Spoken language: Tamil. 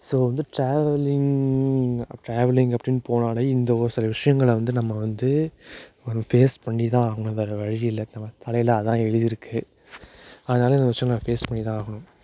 ஸோ வந்து டிராவலிங் டிராவலிங் அப்படின்னு போனாலே இந்த ஒரு சில விஷயங்கள வந்து நம்ம வந்து ஃபேஸ் பண்ணி தான் ஆகணும் வேறே வழியில்லை நம்ம தலையில் அதுதான் எழுதியிருக்கு அதனால இந்த விஷயம் நான் ஃபேஸ் பண்ணி தான் ஆகணும்